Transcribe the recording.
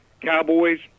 Cowboys